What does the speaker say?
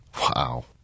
Wow